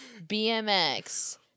BMX